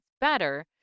better